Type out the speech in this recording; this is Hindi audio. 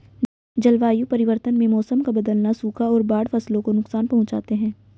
जलवायु परिवर्तन में मौसम का बदलना, सूखा और बाढ़ फसलों को नुकसान पहुँचाते है